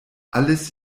alles